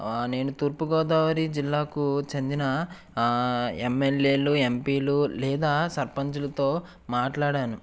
నేను తూర్పుగోదావరి జిల్లాకు చెందిన ఆ ఎమ్మెల్యేలు ఎంపీలు లేదా సర్పంచులతో మాట్లాడాను